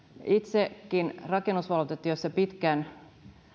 itsekin rakennusvalvontatyössä pitkään